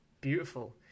Beautiful